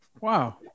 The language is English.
Wow